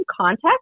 context